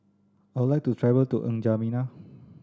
I would like to travel to N'Djamena